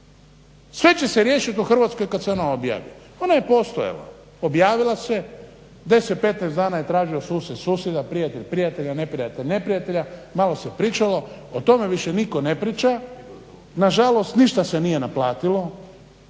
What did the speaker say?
Sve će se riješiti u Hrvatskoj kad se ona objavi, ona je postojala, objavila se, 10, 15 dana je tražio susjed susjeda, prijatelj prijatelja, neprijatelj neprijatelja, malo se pričalo o tome, više nitko ne priča, na žalost ništa se nije naplatilo